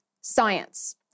science